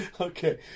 Okay